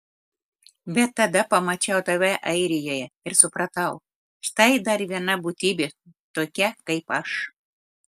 bet tada pamačiau tave airijoje ir supratau štai dar viena būtybė tokia kaip aš